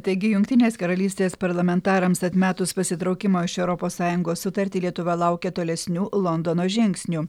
taigi jungtinės karalystės parlamentarams atmetus pasitraukimo iš europos sąjungos sutartį lietuva laukia tolesnių londono žingsnių